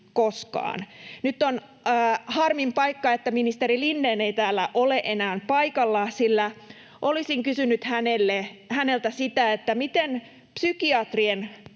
Nyt on harmin paikka, että ministeri Lindén ei ole enää täällä paikalla, sillä olisin kysynyt häneltä sitä, miten psykiatrien koulutus